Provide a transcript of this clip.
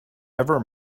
ever